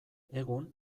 egun